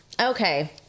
Okay